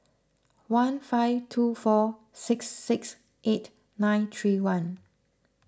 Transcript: one five two four six six eight nine three one